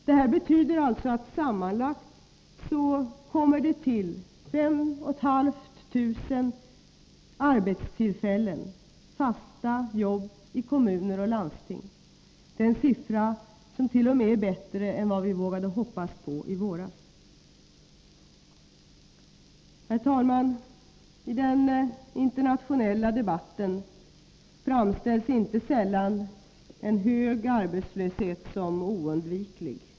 Detta betyder alltså att det sammanlagt kommer till 5 500 arbetstillfällen, fasta jobb, inom kommuner och landsting. Det är en siffra som t.o.m. är bättre än vad vi vågade hoppas på i våras. Herr talman! I den internationella debatten framställs inte sällan en hög arbetslöshet som oundviklig.